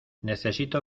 necesito